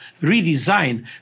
redesign